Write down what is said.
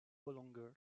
longer